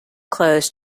clothes